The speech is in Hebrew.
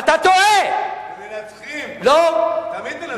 מנצחים, תמיד מנצחים.